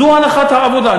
זו הנחת העבודה,